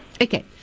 Okay